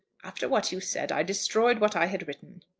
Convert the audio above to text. after what you said i destroyed what i had written.